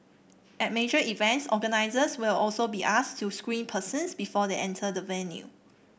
at major events organisers will also be asked to screen persons before they enter the venue